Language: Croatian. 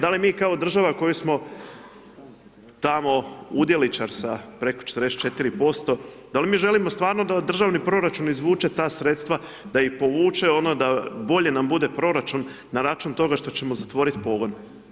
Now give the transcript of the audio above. Da li mi kao država koju smo tamo udjeličar sa preko 44%, da li mi želimo stvarno da državni proračun izvuče ta sredstva, da ih povuče ono da bolje nam bude proračun na račun toga što ćemo zatvorit pogon?